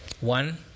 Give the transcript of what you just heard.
One